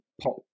pop